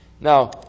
Now